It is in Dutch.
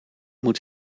moet